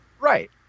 Right